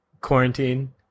quarantine